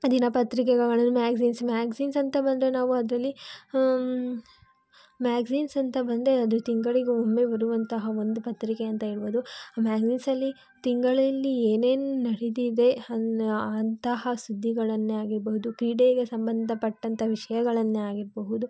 ದಿನಪತ್ರಿಕೆಗಳನ್ನು magazines magazines ಅಂತ ಬಂದರೆ ನಾವು ಅದರಲ್ಲಿ ಮ್ಯಾಗ್ಝಿನ್ಸ್ ಅಂತ ಬಂದರೆ ಅದು ತಿಂಗಳಿಗೊಮ್ಮೆ ಬರುವಂತಹ ಒಂದು ಪತ್ರಿಕೆ ಅಂತ ಹೇಳ್ಬೊದು ಆ ಮ್ಯಾಗ್ಝಿನ್ಸಲ್ಲಿ ತಿಂಗಳಲ್ಲಿ ಏನೇನು ನಡೆದಿದೆ ಅನ್ನ ಅಂತಹ ಸುದ್ದಿಗಳನ್ನೇ ಆಗಿರ್ಬೌದು ಕ್ರೀಡೆಗೆ ಸಂಬಂಧಪಟ್ಟಂತ ವಿಷಯಗಳನ್ನೇ ಆಗಿರಬಹುದು